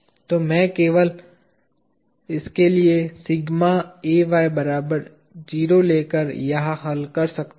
तो मैं इसके लिए केवल सिग्मा Ay बराबर 0 लेकर यहाँ हल कर सकता हूँ